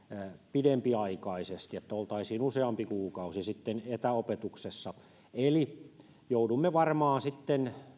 pidempiaikaisesti niin että oltaisiin useampi kuukausi etäopetuksessa eli joudumme varmaan sitten